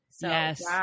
Yes